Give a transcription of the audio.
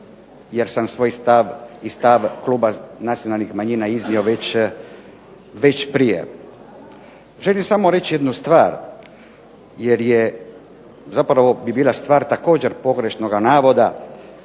jer sam svoj stav i stav kluba nacionalnih manjina iznio već prije. Želim samo reći jednu stvar, jer je, zapravo bi bila stvar također pogrešnoga navoda,